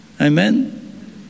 Amen